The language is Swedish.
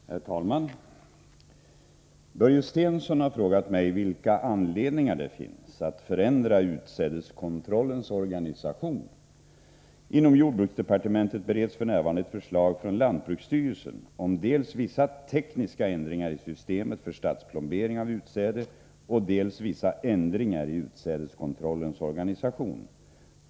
Herr talman! Börje Stensson har frågat mig vilka anledningar det finns att förändra utsädeskontrollens organisation. Inom jordbruksdepartmentet bereds f. n. ett förslag från lantbruksstyrelsen om dels vissa tekniska ändringar i systemet för statsplombering av utsäde, dels vissa ändringar i utsädeskontrollens organisation.